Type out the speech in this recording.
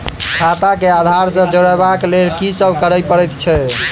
खाता केँ आधार सँ जोड़ेबाक लेल की सब करै पड़तै अछि?